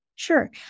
Sure